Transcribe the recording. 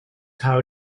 how